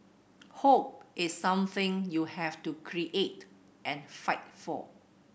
hope is something you have to create and fight for